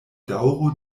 daŭro